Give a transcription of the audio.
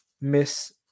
miss